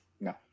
No